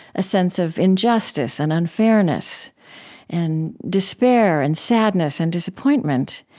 a sense of injustice and unfairness and despair and sadness and disappointment.